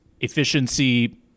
efficiency